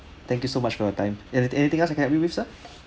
thank you so much for your time any anything else I can help you with sir